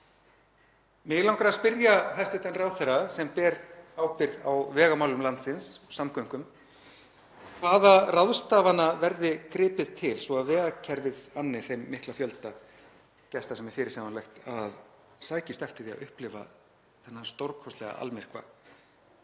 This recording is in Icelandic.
Mig langar að spyrja hæstv. ráðherra sem ber ábyrgð á vegamálum landsins og samgöngum: Til hvaða ráðstafana verður gripið til svo að vegakerfið anni þeim mikla fjölda gesta sem er fyrirsjáanlegt að sækist eftir því að upplifa þennan stórkostlega almyrkva